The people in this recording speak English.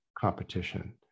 Competition